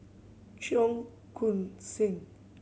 Cheong Koon Seng